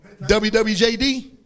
WWJD